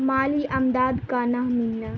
مالی امداد کا نہ ملنا